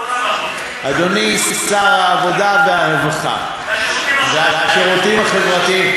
שר העבודה, הרווחה והשירותים החברתיים.